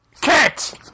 cat